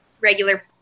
regular